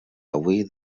avui